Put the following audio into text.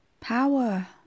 Power